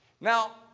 Now